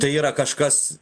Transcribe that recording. tai yra kažkas